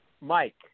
Mike